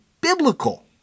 biblical